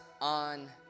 on